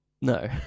No